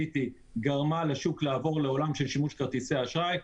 גרמה לשוק לעבור לעולם של שימוש בכרטיסי אשראי.